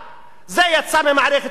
זה יצא ממערכת הביטחון,